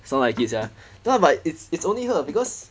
sound like it sia then I'm like it's only her because